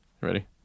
ready